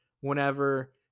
whenever